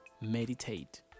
meditate